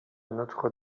notre